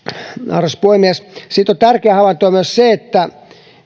arvoisa puhemies sitten on tärkeä havainto myös se että